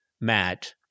Matt